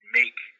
make